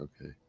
okay